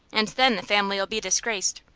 and then the family'll be disgraced.